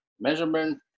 measurement